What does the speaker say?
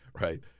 Right